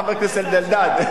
חבר הכנסת אלדד.